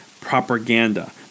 propaganda